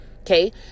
Okay